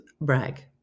brag